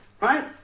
Right